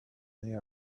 they